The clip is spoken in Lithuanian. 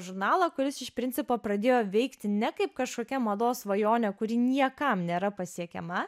žurnalą kuris iš principo pradėjo veikti ne kaip kažkokia mados svajonė kuri niekam nėra pasiekiama